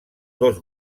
dos